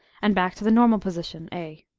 and back to the normal position a.